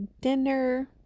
dinner